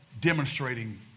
demonstrating